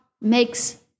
makes